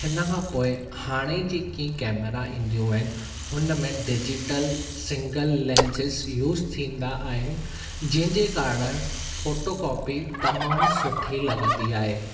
हिन खां पोइ हाणे जेकी केमरा ईंदियूं आहिनि हुन में डिजिटल सिंगल लेंसेज़ यूज़ थींदा आहिनि जंहिंजे कारण फ़ोटो कॉपी तमामु सुठी लगं॒दी आहे